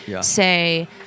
say